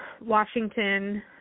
Washington